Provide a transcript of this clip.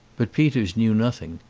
but peters knew nothing.